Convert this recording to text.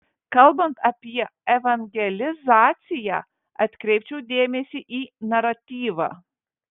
kalbant apie evangelizaciją atkreipčiau dėmesį į naratyvą